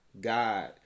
God